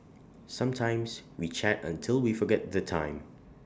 sometimes we chat until we forget the time